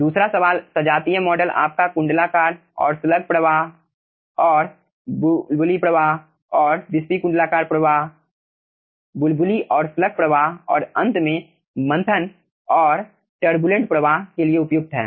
दूसरा सवाल सजातीय मॉडल आपका कुंडलाकार और स्लग प्रवाह बुलबुली प्रवाह और विस्पी कुण्डलाकार प्रवाह बुलबुली और स्लग प्रवाह और अंत में मंथन और तुर्बुलेंट प्रवाह के लिए उपयुक्त है